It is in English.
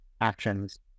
actions